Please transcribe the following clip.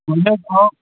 اَہَن حظ آ